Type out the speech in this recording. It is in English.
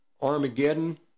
Armageddon